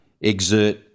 exert